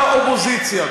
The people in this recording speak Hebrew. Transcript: זה כל האופוזיציה,